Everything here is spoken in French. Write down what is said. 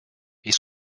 est